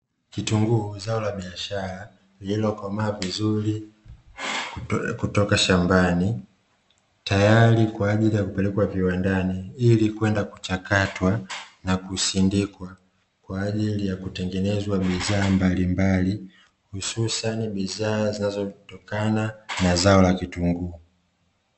Kitunguu zao la biashara lililokomaa vizuri kutoka shambani, tayari kwa ajili ya kupelekwa viwandani ili kwenda kuchakatwa na kusindikwa, kwa ajili ya kutengenezwa bidhaa mbalimbali, hususani bidhaa zinazotokana na zao la vitunguu.